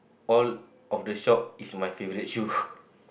all of the shop is my favorite shoe